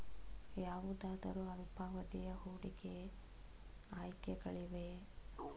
ಯಾವುದಾದರು ಅಲ್ಪಾವಧಿಯ ಹೂಡಿಕೆ ಆಯ್ಕೆಗಳಿವೆಯೇ?